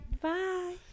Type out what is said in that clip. Bye